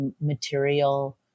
material